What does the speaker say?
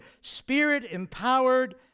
spirit-empowered